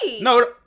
No